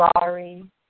sorry